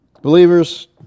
Believers